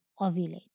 ovulate